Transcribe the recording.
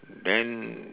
then